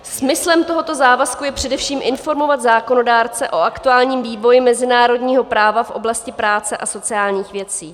Smyslem tohoto závazku je především informovat zákonodárce o aktuálním vývoji mezinárodního práva v oblasti práce a sociálních věcí.